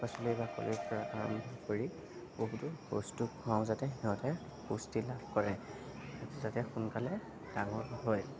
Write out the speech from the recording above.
শাক পাচলিৰ বাকলিৰপৰা আৰম্ভ কৰি বহুতো বস্তু খুৱাওঁ যাতে সিহঁতে পুষ্টি লাভ কৰে যাতে সোনকালে ডাঙৰ হয়